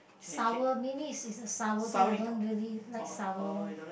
sour maybe is is sour thing I don't really like sour lor